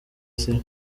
siyo